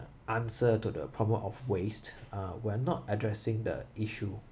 answer to the problem of waste uh we're not addressing the issue